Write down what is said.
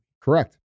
Correct